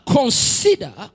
consider